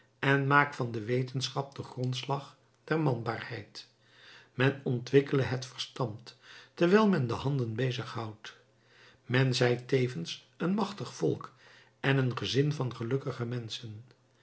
en maak van de wetenschap den grondslag der manbaarheid men ontwikkele het verstand terwijl men de handen bezighoudt men zij tevens een machtig volk en een gezin van gelukkige menschen